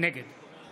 נגד